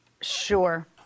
Sure